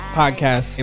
podcast